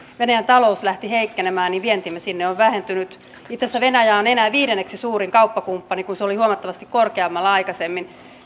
venäjän talous lähti heikkenemään vientimme sinne on vähentynyt itse asiassa venäjä on enää viidenneksi suurin kauppakumppani kun se oli huomattavasti korkeammalla aikaisemmin